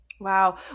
Wow